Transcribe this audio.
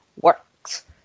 works